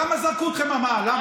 למה זרקו אתכם מהמאהל?